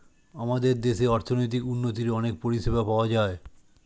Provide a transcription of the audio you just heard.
আমাদের দেশে অর্থনৈতিক উন্নতির অনেক পরিষেবা পাওয়া যায়